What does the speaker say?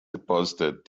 deposited